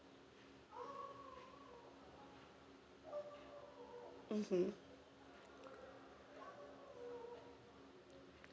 mmhmm